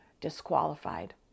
disqualified